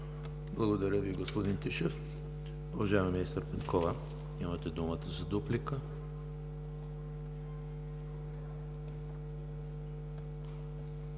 Благодаря Ви, господин Тишев. Уважаема министър Петкова, имате думата за дуплика.